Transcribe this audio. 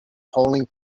polling